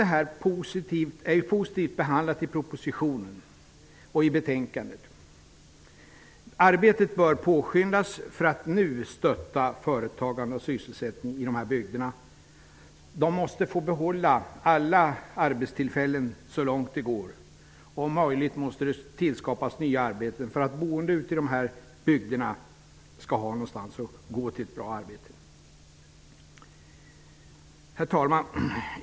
Men allt detta är ju positivt behandlat i propositionen och i betänkandet. Arbetet för att nu stötta företagarna och sysselsättningen i dessa bygder bör påskyndas. De måste få behålla alla arbetstillfällen så långt det går. Om möjligt måste det tillskapas nya arbeten för att boende i dessa bygder skall kunna gå till ett bra arbete. Herr talman!